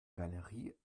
galerie